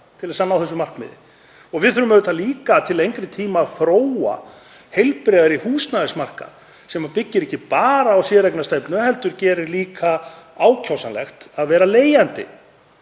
til að ná þessu markmiði. Við þurfum líka til lengri tíma til að þróa heilbrigðari húsnæðismarkað sem byggir ekki bara á séreignarstefnu heldur gerir líka ákjósanlegt að vera leigjandi.